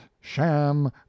sham